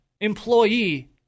employee